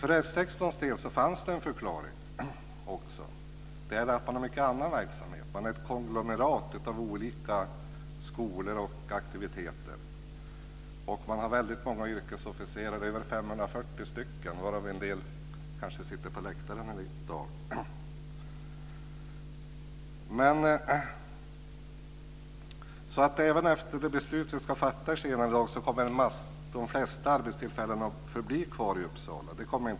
För F 16:s del fanns det en förklaring. Man har också mycket annan verksamhet. Man är ett konglomerat av olika skolor och aktiviteter. Man har dessutom väldigt många yrkesofficerare, över 540 stycken, varav en del kanske sitter på vår läktare i dag. Även efter det beslut vi ska fatta i dag kommer de flesta arbetstillfällena att bli kvar i Uppsala.